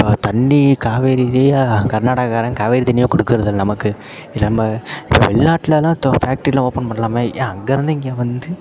இப்போ தண்ணி காவேரிலேயே கர்நாடகாக்காரன் காவேரி தண்ணியே கொடுக்குறதல்ல நமக்கு இ நம்ம இப்போ வெளிநாட்லெல்லாம் தொ ஃபேக்ட்ரியெலாம் ஓப்பன் பண்ணலாமே ஏன் அங்கே இருந்து இங்கே வந்து